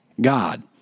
God